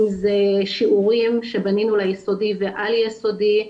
אם זה שיעורים שבנינו ליסודי ועל יסודי.